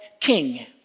king